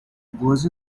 was